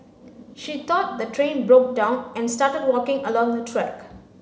she thought the train broke down and started walking along the track